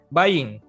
buying